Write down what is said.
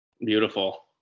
Beautiful